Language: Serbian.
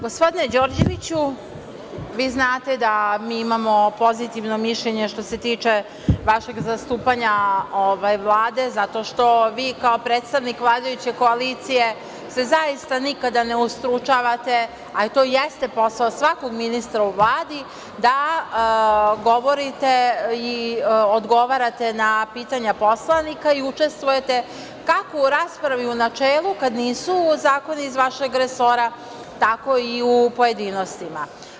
Gospodine Đorđeviću, vi znate da mi imamo pozitivno mišljenje što se tiče vašeg zastupanja Vlade zato što vi kao predstavnik vladajuće koalicije se zaista nikada ne ustručavate, a to i jeste posao svakog ministra u Vladi, da govorite i odgovarate na pitanja poslanika i učestvujete, kako u raspravi u načelu, kada nisu zakoni iz vašeg resora, tako i u pojedinostima.